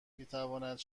میتواند